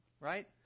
right